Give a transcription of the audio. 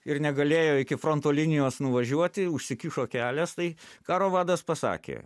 ir negalėjo iki fronto linijos nuvažiuoti užsikišo kelias tai karo vadas pasakė